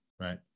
right